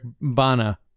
Bana